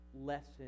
lesson